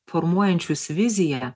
formuojančius viziją